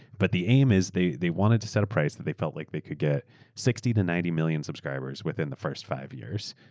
but the aim is they they wanted to set a price that they felt like they could get sixty ninety million subscribers within the first five years.